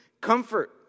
comfort